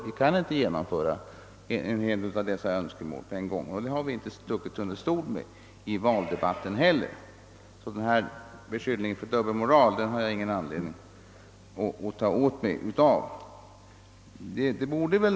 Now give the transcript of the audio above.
Vi kan naturligtvis inte genomföra alla önskemål på en gång, men detta är någonting som vi inte har försökt dölja — inte heller i valdebatten. Beskyllningen för dubbelmoral har jag alltså ingen anledning at: känna mig träffad av.